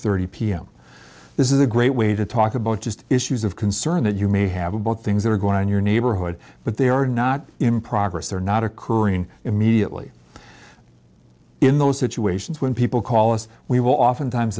thirty pm this is a great way to talk about just issues of concern that you may have about things that are going on your neighborhood but they are not in progress they're not occurring immediately in those situations when people call us we will oftentimes